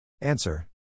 Answer